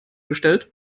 gestellt